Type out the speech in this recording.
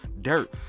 dirt